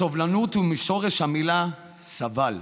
סובלנות היא משורש המילה סבל,